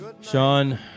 Sean